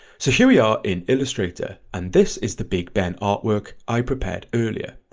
so here we are in illustrator and this is the big ben artwork i prepared earlier,